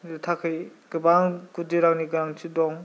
थाखै गोबां गुदिरांनि गोनांथि दं